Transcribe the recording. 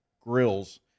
grills